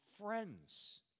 friends